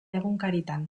egunkaritan